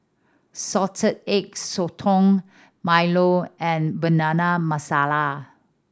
Salted Egg Sotong Milo and Banana Masala